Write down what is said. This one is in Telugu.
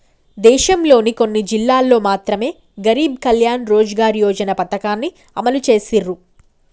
దేశంలోని కొన్ని జిల్లాల్లో మాత్రమె గరీబ్ కళ్యాణ్ రోజ్గార్ యోజన పథకాన్ని అమలు చేసిర్రు